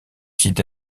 site